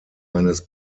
eines